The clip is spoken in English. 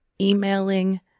emailing